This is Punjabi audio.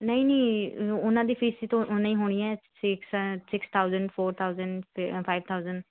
ਨਹੀਂ ਨਹੀਂ ਉਹਨਾਂ ਦੀ ਫ਼ੀਸ ਤੋ ਉਨਾ ਹੀ ਹੋਣੀ ਹੈ ਫਿਕਸ ਹੈ ਸਿਕਸ ਥਾਊਸੈਂਟ ਫੌਰ ਥਾਊਸੈਂਟ ਅਤੇ ਫਾਈਵ ਥਾਊਸੈਂਟ